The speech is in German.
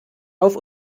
auf